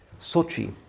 Sochi